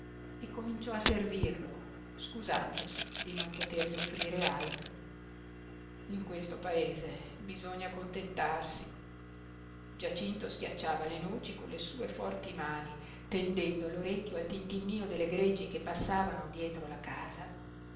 e cominciò a servirlo scusandosi di non potergli offrire altro in questo paese bisogna contentarsi giacinto schiacciava le noci con le sue forti mani tendendo l'orecchio al tintinnio delle greggi che passavano dietro la casa